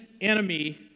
enemy